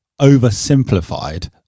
oversimplified